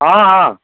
ହଁ ହଁ